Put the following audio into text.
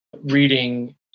reading